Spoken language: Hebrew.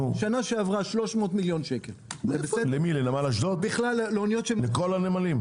שנה שעברה 300 מיליון שקל לאוניות לכל הנמלים.